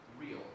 real